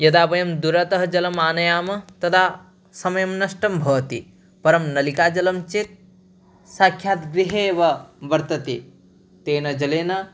यदा वयं दूरतः जलम् आनयामः तदा समयं नष्टं भवति परं नलिका जलं चेत् साक्षात् गृहे एव वर्तते तेन जलेन